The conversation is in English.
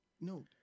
no